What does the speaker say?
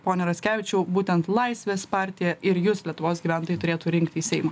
pone raskevičiau būtent laisvės partiją ir jus lietuvos gyventojai turėtų rinkti į seimą